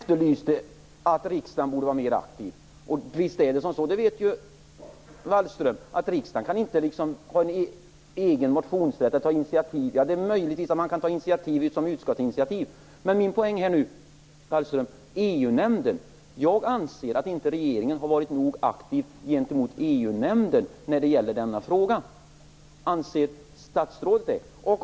Herr talman! Det var ju ministern som tyckte att riksdagen borde vara mer aktiv. Wallström vet ju att riksdagen inte har rätt att ta initiativ till motioner, men det är möjligt att det kan ske genom ett utskottsinitiativ. Min poäng gäller EU-nämnden. Jag anser att regeringen inte har varit nog aktiv gentemot EU nämnden när det gäller denna fråga. Anser statsrådet det?